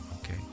Okay